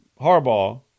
Harbaugh